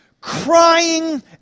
crying